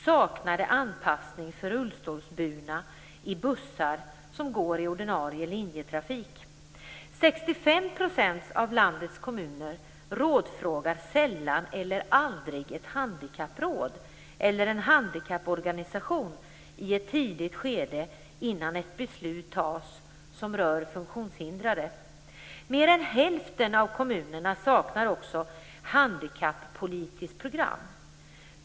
saknade anpassning för rullstolsburna i bussar som går i ordinarie linjetrafik. 65 % av landets kommuner rådfrågar sällan eller aldrig ett handikappråd eller en handikapporganisation i ett tidigt skede innan ett beslut tas som rör funktionshindrade. Mer än hälften av kommunerna saknar också handikappolitiskt program.